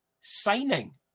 signing